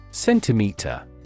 Centimeter